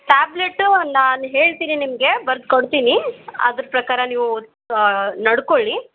tablet ನಾನು ಹೇಳ್ತೀನಿ ನಿಮಗೆ ಬರ್ದು ಕೊಡ್ತೀನಿ ಅದ್ರ ಪ್ರಕಾರ ನೀವು ನಡ್ಕೊಳ್ಳಿ